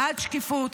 בעד שקיפות,